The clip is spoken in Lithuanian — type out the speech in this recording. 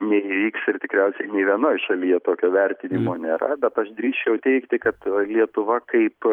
neįvyks ir tikriausiai nei vienoj šalyje tokio vertinimo nėra bet aš drįsčiau teigti kad lietuva kaip